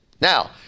Now